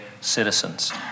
citizens